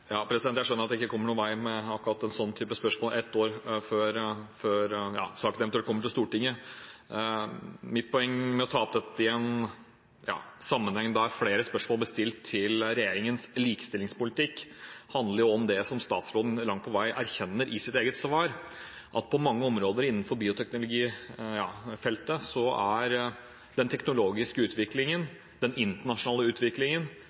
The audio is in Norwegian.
Jeg skjønner at jeg ikke kommer noen vei med akkurat en sånn type spørsmål et år før saken eventuelt kommer til Stortinget. Mitt poeng med å ta opp dette i en sammenheng der flere spørsmål blir stilt om regjeringens likestillingspolitikk, handler om det som statsråden langt på vei erkjenner i sitt eget svar, at på mange områder innenfor bioteknologifeltet har den teknologiske utviklingen, den internasjonale utviklingen